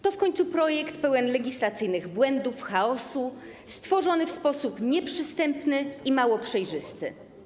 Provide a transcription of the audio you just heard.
To w końcu projekt pełen legislacyjnych błędów, chaosu, stworzony w sposób nieprzystępny i mało przejrzysty.